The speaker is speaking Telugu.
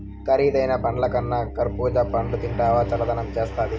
కరీదైన పండ్లకన్నా కర్బూజా పండ్లు తింటివా చల్లదనం చేస్తాది